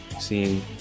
seeing